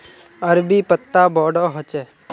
अरबी पत्ता बोडो होचे